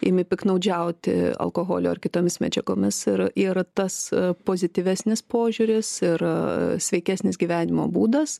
imi piktnaudžiauti alkoholiu ar kitomis medžiagomis ir yra tas pozityvesnis požiūris ir sveikesnis gyvenimo būdas